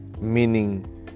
meaning